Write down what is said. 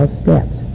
steps